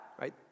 right